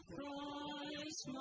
Christ